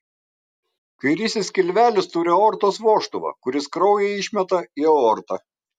kairysis skilvelis turi aortos vožtuvą kuris kraują išmeta į aortą